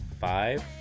five